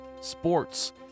sports